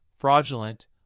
fraudulent